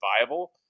viable